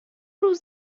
روز